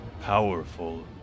powerful